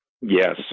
Yes